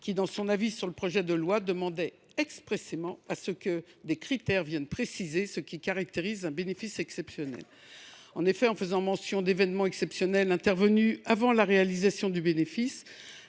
qui, dans son avis sur le projet de loi, demandait expressément que des critères viennent préciser ce qui caractérise un bénéfice exceptionnel. En effet, en faisant mention « d’événements exceptionnels intervenus avant la réalisation du bénéfice